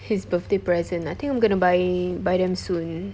his birthday present I think I'm going to buy buy them soon